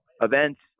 events